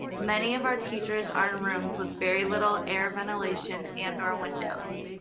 many of our teachers are in rooms with very little air ventilation and or windows.